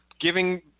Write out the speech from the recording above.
giving